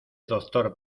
doctor